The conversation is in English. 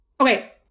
Okay